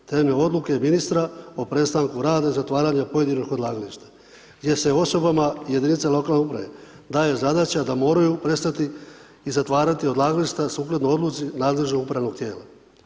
Temeljem odluke ministra o prestanku rada i zatvaranje pojedinog odlagališta, gdje se osobama i jedinice lokalne samouprave daje zadaća da moraju prestati i zatvarti odlagališta sukladno odluci nadležnog upravnog tijela.